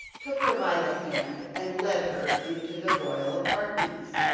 took her by the hand and led her into the royal apartments.